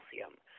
calcium